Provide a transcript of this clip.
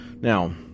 Now